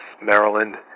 Maryland